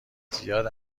زیاد